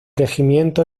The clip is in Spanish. regimiento